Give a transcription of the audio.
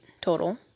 total